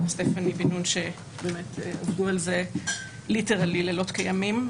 וסטפני בן נון שעבדו על זה לילות כימים,